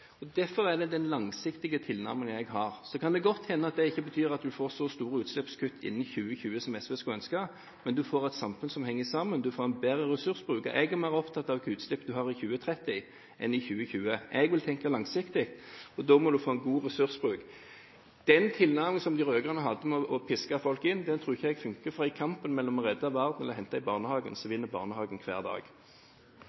og derfor er det den langsiktige tilnærmingen jeg har. Så kan det godt hende at det betyr at en ikke får så store utslippskutt innen 2020 som SV skulle ønske, men en får et samfunn som henger sammen, og en får en bedre ressursbruk. Jeg er mer opptatt av hvilke utslipp en har i 2030 enn i 2020. Jeg vil tenke langsiktig, og da må en få en god ressursbruk. Den tilnærmingen som de rød-grønne hadde, med å piske folk inn, tror ikke jeg funker, for i kampen mellom å redde verden og hente i barnehagen